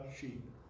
sheep